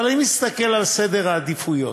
אבל אם נסתכל על סדר העדיפויות,